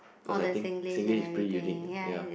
cause I think Singlish is pretty unique ah ya